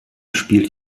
spielt